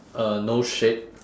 uh no shit